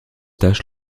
tâches